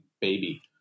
baby